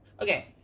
Okay